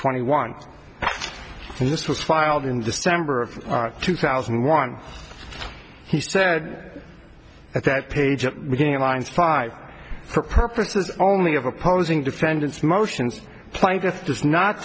twenty one and this was filed in december of two thousand and one he said at that page at the beginning lines five for purposes only of opposing defendants motions